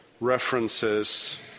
references